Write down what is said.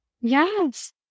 Yes